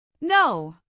No